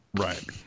Right